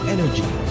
Energy